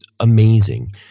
amazing